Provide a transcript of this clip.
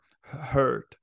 hurt